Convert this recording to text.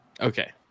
Okay